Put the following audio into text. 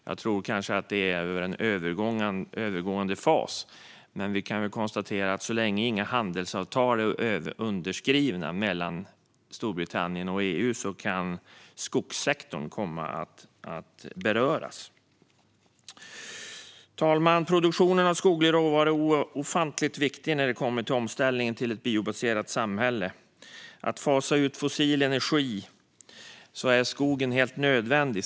Jag tror kanske att det är under en övergående fas, men vi kan konstatera att så länge inga handelsavtal mellan Storbritannien och EU är underskrivna kan skogssektorn komma att beröras. Fru talman! Produktionen av skoglig råvara är ofantligt viktig i omställningen till ett biobaserat samhälle. För att fasa ut fossil energi är skogen helt nödvändig.